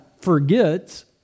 forgets